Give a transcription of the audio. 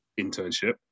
internship